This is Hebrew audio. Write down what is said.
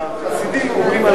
החסידים אומרים,